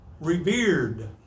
revered